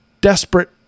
desperate